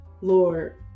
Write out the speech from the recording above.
lord